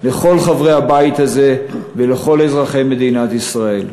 לכל חברי הבית הזה ולכל אזרחי מדינת ישראל.